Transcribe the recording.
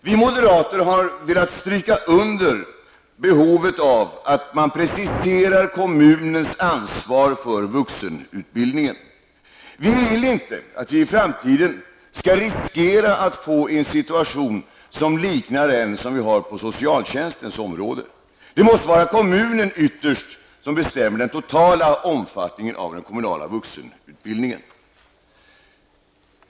Vi moderater har velat stryka under nödvändigheten av att man preciserar kommunens ansvar för vuxenutbildningen. Vi vill inte att vi i framtiden skall riskera att få en situation som liknar den som vi har på socialtjänstområdet. Det måste ytterst vara kommunen som bestämmer den totala omfattningen av den kommunala vuxenutbildningen.